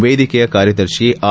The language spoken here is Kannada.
ವೇದಿಕೆಯ ಕಾರ್ಯದರ್ಶಿ ಆರ್